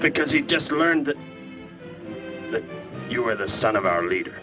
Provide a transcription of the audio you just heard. because he just learned that you are the son of our leader